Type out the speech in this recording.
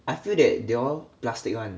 I feel that they all plastic [one]